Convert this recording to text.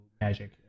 Magic